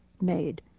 made